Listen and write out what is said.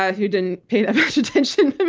ah who didn't pay that much attention.